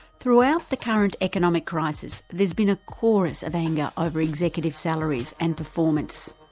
throughout the current economic crisis there's been a chorus of anger over executive salaries and performance.